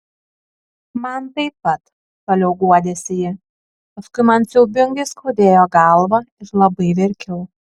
man taip pat toliau guodėsi ji paskui man siaubingai skaudėjo galvą ir labai verkiau